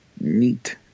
Neat